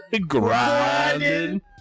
Grinding